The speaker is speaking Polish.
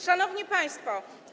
Szanowni Państwo!